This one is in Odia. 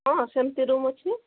ହଁ ସେମିତି ରୁମ୍ ଅଛି